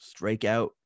strikeout